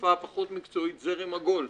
ובשפה הפחות מקצועית זרם הגולף.